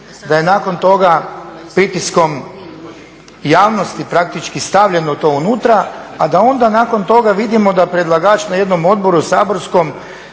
Da je nakon toga pritiskom javnosti praktički stavljeno to unutra, a da onda nakon toga vidimo da predlagač na jednom odboru saborskom